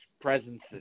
presence